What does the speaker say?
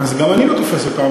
גם אני לא תופס אותם,